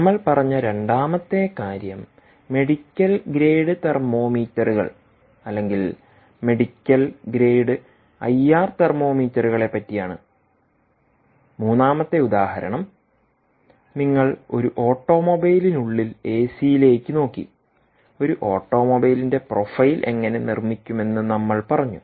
നമ്മൾ പറഞ്ഞ രണ്ടാമത്തെ കാര്യം മെഡിക്കൽ ഗ്രേഡ് തെർമോമീറ്ററുകൾ അല്ലെങ്കിൽ മെഡിക്കൽ ഗ്രേഡ് ഐആർ തെർമോമീറ്ററുകളെ പറ്റിയാണ് മൂന്നാമത്തെ ഉദാഹരണം നിങ്ങൾ ഒരു ഓട്ടോമൊബൈലിനുള്ളിൽ എസിയിലേക്ക് നോക്കി ഒരു ഓട്ടോമൊബൈലിന്റെ പ്രൊഫൈൽ എങ്ങനെ നിർമ്മിക്കുമെന്ന് നമ്മൾ പറഞ്ഞു